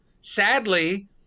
sadly